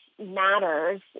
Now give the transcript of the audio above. matters